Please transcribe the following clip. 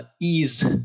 ease